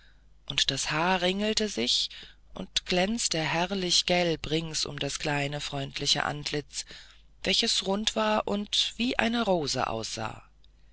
und das haar ringelte sich und glänzte herrlich gelb rings um das kleine freundliche antlitz welches rund war und wie eine rose aussah